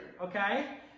okay